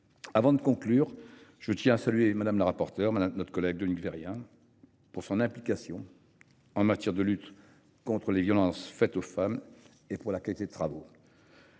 Avant de conclure, je tiens à saluer Mme la rapporteure, notre collègue Dominique Vérien, pour son implication dans la lutte contre les violences faites aux femmes et pour la qualité de ses travaux.